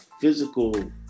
physical